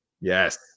Yes